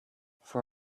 for